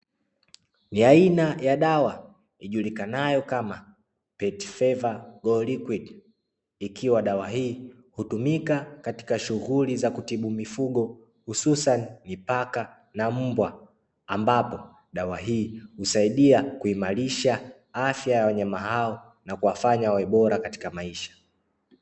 Ni aina ya dawa ijulikanayo kama petifeva golikwidi, ikiwa dawa hii hutumika katika shughuli za kutibu mifugo hususani mipaka na mbwa, ambapo dawa hii husaidia kuimarisha afya ya wanyama hao na kuwafanya wawe bora katika maisha.